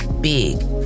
Big